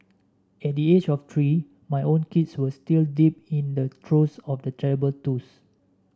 at the age of three my own kids were still deep in the throes of the terrible twos